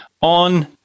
on